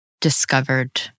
discovered